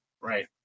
Right